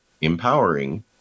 empowering